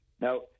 Now